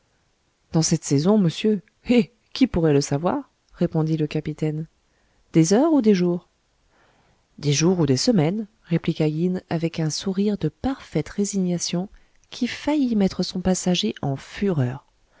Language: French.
dans cette saison monsieur eh qui pourrait le savoir répondit le capitaine des heures ou des jours des jours ou des semaines répliqua yin avec un sourire de parfaite résignation qui faillit mettre son passager en fureur